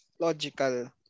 logical